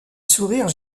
sourire